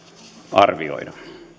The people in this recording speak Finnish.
arvioida